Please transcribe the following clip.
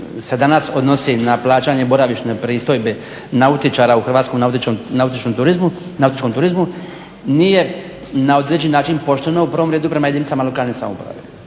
se danas odnosi na plaćanje boravišne pristojbe nautičara u Hrvatskom nautičkom turizmu, nije na određen način pošteno u prvom redu prema jedinicama lokalne samouprave.